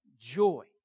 Joy